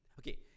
Okay